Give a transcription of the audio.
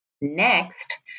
next